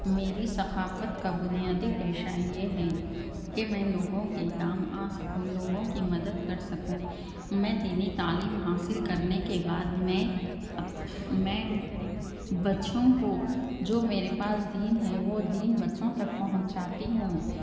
میری ثقافت کا بنیادی پیشہ یہ ہے کہ میں لوگوں کے کام آ سکوں لوگوں کی مدد کر سکوں میں دینی تعلیم حاصل کرنے کے بعد میں آپ میں بچّوں کو جو میرے پاس دین ہے وہ دین بچّوں تک پہنچاتی ہوں